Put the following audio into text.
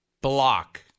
block